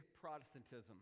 Protestantism